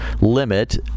limit